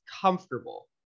comfortable